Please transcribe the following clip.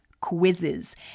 quizzes